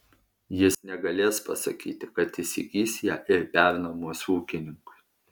jis negalės pasakyti kad įsigys ją ir pernuomos ūkininkui